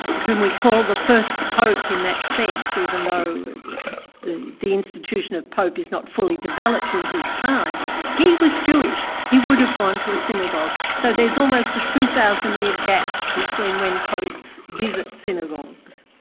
whom we call the first pope in that sense even though the the institution of pope is not fully developed in his time he was jewish. he would have gone to a synagogue. so there's almost a two thousand year gap between when popes visit synagogues.